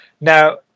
Now